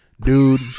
dude